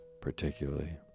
particularly